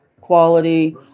quality